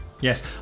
Yes